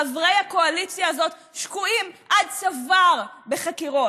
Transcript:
חברי הקואליציה הזאת שקועים עד צוואר בחקירות.